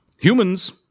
Humans